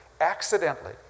accidentally